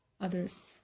others